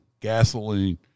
gasoline